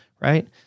right